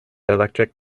electric